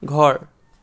ঘৰ